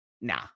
Nah